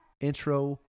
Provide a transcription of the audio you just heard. intro